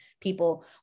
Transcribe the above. people